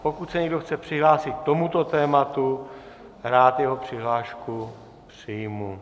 Pokud se někdo chce přihlásit k tomuto tématu, rád jeho přihlášku přijmu.